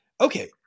okay